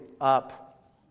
up